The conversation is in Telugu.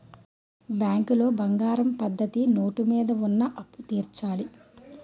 బ్యాంకులో బంగారం పద్ధతి నోటు మీద ఉన్న అప్పు తీర్చాలి